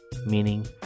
Meaning